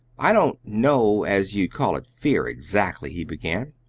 i don't know as you'd call it fear exactly, he began.